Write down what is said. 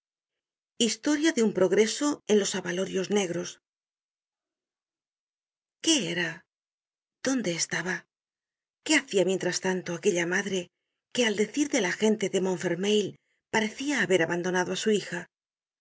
generated at content from google book search generated at qué era dónde estaba qué hacia mientras tanto aquella madre que al decir de la gente de montfermeil parecia haber abandonado á su hija